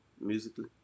musically